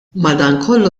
madankollu